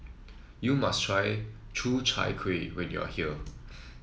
you must try Ku Chai Kuih when you are here